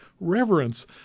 reverence